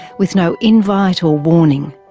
with no invite or warning,